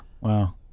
wow